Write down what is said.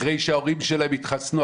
אחרי שההורים שלהם התחסנו,